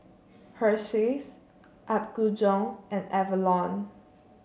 Hersheys Apgujeong and Avalon